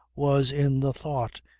was in the thought,